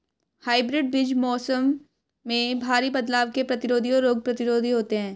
hybrid बीज मौसम में भारी बदलाव के प्रतिरोधी और रोग प्रतिरोधी होते हैं